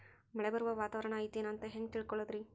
ಮಳೆ ಬರುವ ವಾತಾವರಣ ಐತೇನು ಅಂತ ಹೆಂಗ್ ತಿಳುಕೊಳ್ಳೋದು ರಿ?